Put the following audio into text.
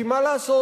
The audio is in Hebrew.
כי מה לעשות,